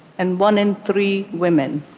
and one in three women,